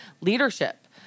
leadership